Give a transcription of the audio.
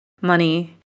money